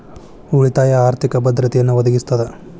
ಉಳಿತಾಯ ಆರ್ಥಿಕ ಭದ್ರತೆಯನ್ನ ಒದಗಿಸ್ತದ